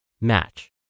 Match